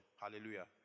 Hallelujah